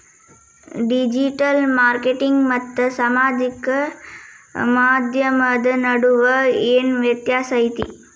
digital marketing ಮತ್ತ ಸಾಮಾಜಿಕ ಮಾಧ್ಯಮದ ನಡುವ ಏನ್ ವ್ಯತ್ಯಾಸ ಐತಿ